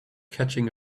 catching